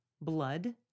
blood